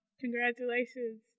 congratulations